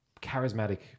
charismatic